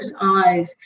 eyes